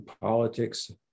politics